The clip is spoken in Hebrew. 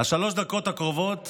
לנאום שלי בשלוש הדקות הקרובות